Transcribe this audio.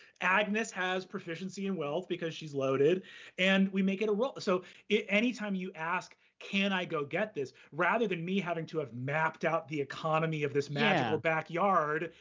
agnes has proficiency in wealth because she's loaded and we make it a roll. so anytime you ask, can i go get this? rather than me having to have mapped out the economy of this magical backyard,